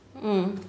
mm